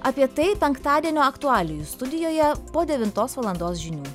apie tai penktadienio aktualijų studijoje po devintos valandos žinių